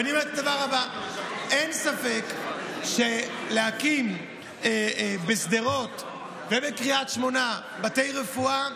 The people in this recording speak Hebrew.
ואני אומר את הדבר הבא: אין ספק שלהקים בשדרות ובקריית שמונה בתי רפואה,